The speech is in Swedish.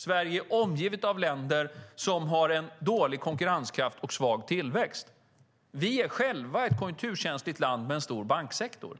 Sverige är omgivet av länder som har dålig konkurrenskraft och svag tillväxt. Vi är själva ett konjunkturkänsligt land med stor banksektor.